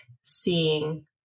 seeing